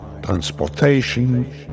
Transportation